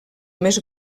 més